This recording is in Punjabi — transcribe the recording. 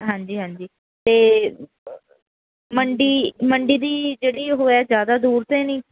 ਹਾਂਜੀ ਹਾਂਜੀ ਅਤੇ ਮੰਡੀ ਮੰਡੀ ਦੀ ਜਿਹੜੀ ਉਹ ਹੈ ਜ਼ਿਆਦਾ ਦੂਰ ਤਾਂ ਨਹੀਂ